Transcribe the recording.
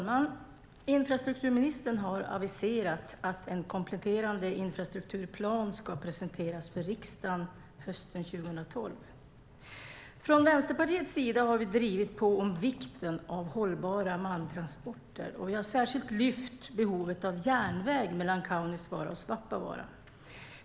Fru talman! Infrastrukturministern har aviserat att en kompletterande infrastrukturplan ska presenteras för riksdagen hösten 2012. Från Vänsterpartiets sida har vi drivit på vikten av hållbara malmtransporter, och vi har särskilt lyft fram behovet av järnväg mellan Kaunisvaara och Svappavaara.